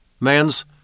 man's